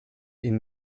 ihnen